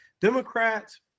Democrats